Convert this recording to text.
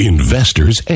Investors